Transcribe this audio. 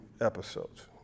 episodes